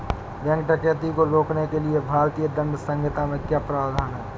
bank डकैती को रोकने के लिए भारतीय दंड संहिता में क्या प्रावधान है